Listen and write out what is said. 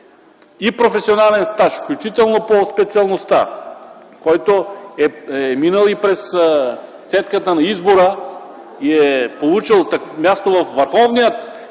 и професионален стаж, включително по специалността, който е минал и през цедката на избора и е получил място във върховния